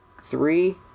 three